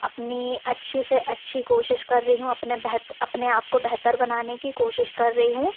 अपनी अच्छी से अच्छी कोशिश कर रही हूँ अपने बेह अपने आप को बेहतर बनाने की कोशिश कर रही हूँ